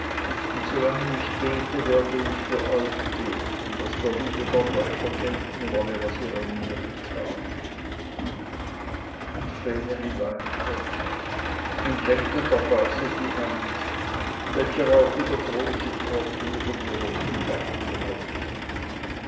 und solange ich bete werde ich für euch beten daß der liebe gott euch vergelten wolle was ihr an mir getan und vreneli weinte und längte der base die hand welcher auch wieder große tropfen über die roten backen rollten